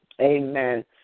Amen